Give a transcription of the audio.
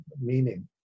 meaning